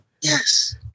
Yes